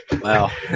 Wow